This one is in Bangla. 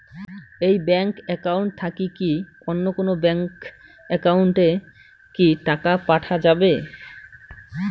এই ব্যাংক একাউন্ট থাকি কি অন্য কোনো ব্যাংক একাউন্ট এ কি টাকা পাঠা যাবে?